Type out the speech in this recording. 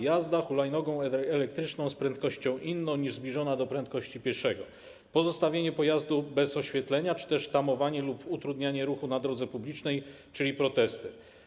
Jazda hulajnogą elektryczną z prędkością inną niż zbliżona do prędkości pieszego, pozostawienie pojazdu bez oświetlenia czy też tamowanie lub utrudnianie ruchu na drodze publicznej, czyli protesty.